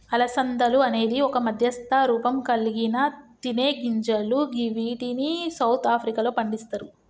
అలసందలు అనేది ఒక మధ్యస్థ రూపంకల్గిన తినేగింజలు గివ్విటిని సౌత్ ఆఫ్రికాలో పండిస్తరు